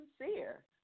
sincere